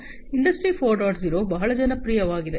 0 ಬಹಳ ಜನಪ್ರಿಯವಾಗಿದೆ